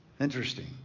Interesting